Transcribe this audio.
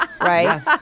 Right